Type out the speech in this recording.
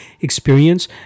experience